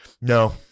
No